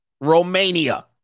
Romania